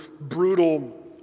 brutal